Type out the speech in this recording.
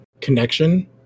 connection